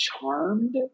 Charmed